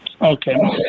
Okay